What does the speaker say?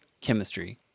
chemistry